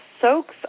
Soaks